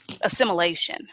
assimilation